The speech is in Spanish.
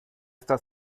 esta